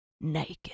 naked